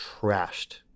trashed